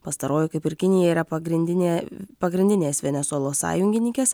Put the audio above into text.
pastaroji kaip ir kinija yra pagrindinė pagrindinės venesuelos sąjungininkės